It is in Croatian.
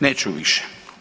Neću više.